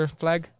flag